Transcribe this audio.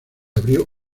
abrió